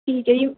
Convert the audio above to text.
ਠੀਕ ਹੈ ਜੀ